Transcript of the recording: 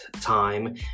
time